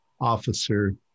Officer